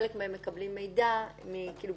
מטריד אותם מה שעושים עם המידע שהם מעבירים